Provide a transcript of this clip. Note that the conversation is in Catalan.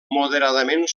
moderadament